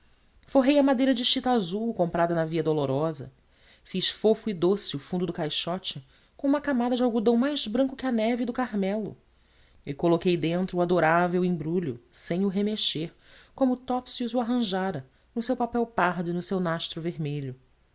forrei a madeira de chita azul comprada na via dolorosa fiz fofo e doce o fundo do caixote com uma camada de algodão mais branco que a neve do carmelo e coloquei dentro o adorável embrulho sem o remexer como topsius o arranjara no seu papel pardo e no seu nastro vermelho